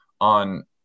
on